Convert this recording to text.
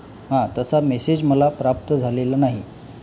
हां तसा मेसेज मला प्राप्त झालेला नाही